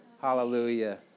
Hallelujah